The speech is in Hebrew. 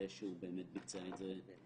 רוצים להשאיר